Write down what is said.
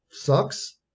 Sucks